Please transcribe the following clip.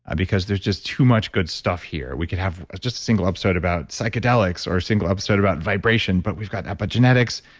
ah because there's just too much good stuff here. we could have just a single episode about psychedelics or a single episode about vibration, but we've got epigenetics,